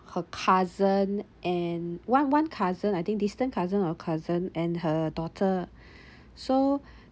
her cousin and one one cousin I think distant cousin or cousin and her daughter so